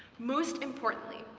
most importantly,